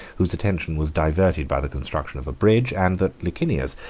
whose attention was diverted by the construction of a bridge, and that licinius,